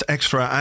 Extra